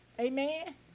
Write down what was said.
Amen